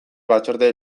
batzorde